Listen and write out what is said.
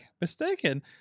mistaken